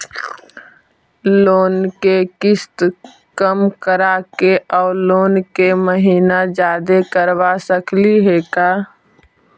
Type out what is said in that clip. Loan के किस्त कम कराके औ लोन के महिना जादे करबा सकली हे का?